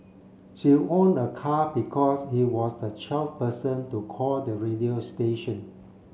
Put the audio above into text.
she won a car because he was the twelfth person to call the radio station